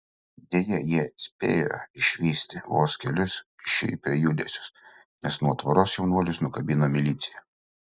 deja jie spėjo išvysti vos kelis šiuipio judesius nes nuo tvoros jaunuolius nukabino milicija